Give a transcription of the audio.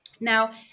Now